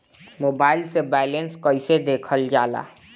Mobile से balance कइसे देखल जाला?